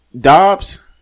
Dobbs